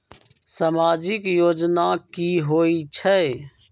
समाजिक योजना की होई छई?